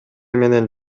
менен